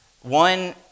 one